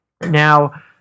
Now